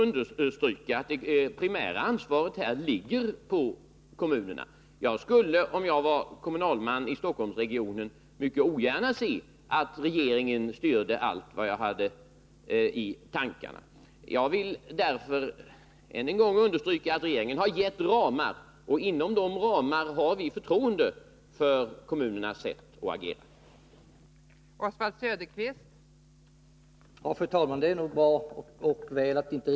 Fru talman! Det primära ansvaret ligger på kommunerna. Om jag var kommunalman i Stockholmsregionen skulle jag mycket ogärna se att regeringen styrde allt som jag hade i tankarna. Jag vill än en gång understryka att regeringen har givit ramarna, och vi har förtroende för kommunernas sätt att agera inom de ramarna.